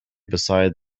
beside